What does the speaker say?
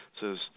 says